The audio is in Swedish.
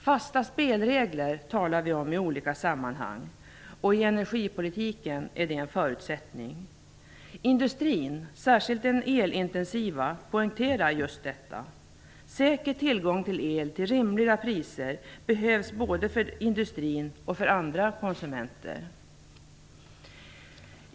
Vi talar ofta om fasta spelregler i olika sammanhang, och i energipolitiken är det en förutsättning. Industrin, särskilt den elintensiva, poängterar just detta. Säker tillgång till el till rimliga priser behövs både för denna industri och för andra konsumenter.